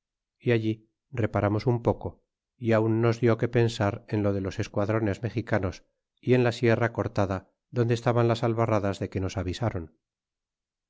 y allí reparamos un poco y aun nos dió que pensar en lo de los esquadrones mexicanos y en la sierra cortada blo que se dice chalco y el otro talmalanco que era otro pueblo y entrambos sujetos á méxico donde estaban las albarradas de que nos avisaron